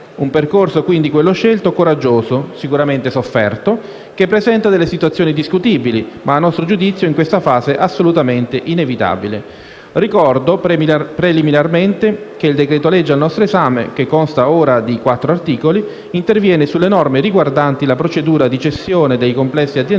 Un percorso, quindi, quello scelto, coraggioso, sicuramente sofferto, che presenta delle situazioni discutibili, ma a nostro giudizio, in questa fase, assolutamente inevitabile. Ricordo, preliminarmente, che il decreto-legge al nostro esame, che consta ora di 4 articoli, interviene sulle norme riguardanti la procedura di cessione dei complessi aziendali